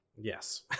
Yes